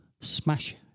smash